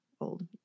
old